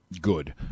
good